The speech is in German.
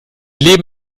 leben